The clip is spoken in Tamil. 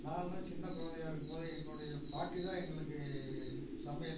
நான் எல்லாம் சின்னக் குழந்தையா இருக்கும் போது என்னுடைய பாட்டி தான் எங்களுக்கு சமையல்